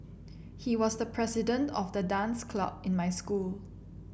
he was the president of the dance club in my school